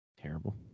terrible